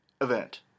event